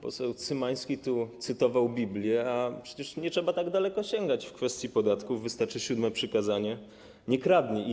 Poseł Cymański cytował tu Biblię, a przecież nie trzeba tak daleko sięgać w kwestii podatków, wystarczy siódme przykazanie: nie kradnij.